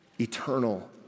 eternal